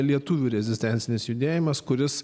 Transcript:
lietuvių rezistencinis judėjimas kuris